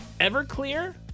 Everclear